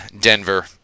Denver